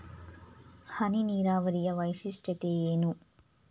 ಹನಿ ನೀರಾವರಿಯ ವೈಶಿಷ್ಟ್ಯತೆ ಏನು?